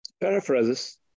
paraphrases